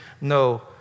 no